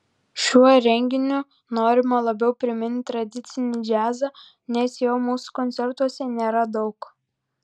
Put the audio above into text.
šiuo renginiu norima labiau priminti tradicinį džiazą nes jo mūsų koncertuose nėra daug